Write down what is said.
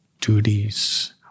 duties